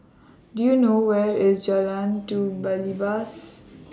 Do YOU know Where IS Jalan Do Belibas